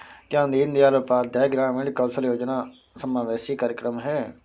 क्या दीनदयाल उपाध्याय ग्रामीण कौशल योजना समावेशी कार्यक्रम है?